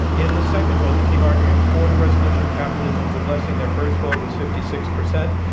in the second vote, the team arguing for the resolution, capitalism is a blessing, their first vote was fifty six percent.